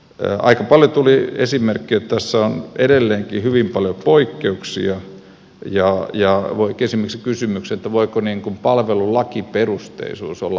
aika paljon tuli esimerkkejä että tässä on edelleenkin hyvin paljon poikkeuksia ja voi kysyä esimerkiksi kysymyksen voiko palvelun lakiperusteisuus olla poikkeus